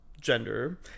gender